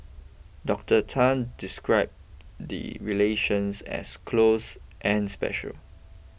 Doctor Tan describe the relations as close and special